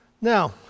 Now